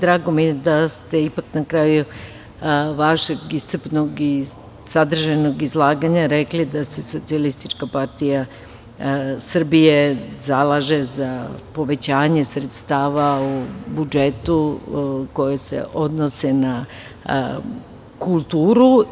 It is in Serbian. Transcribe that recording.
Drago mi je da ste ipak na kraju vašeg iscrpnog i sadržajnog izlaganja rekli da se SPS zalaže za povećanje sredstava u budžetu koje se odnose na kulturu.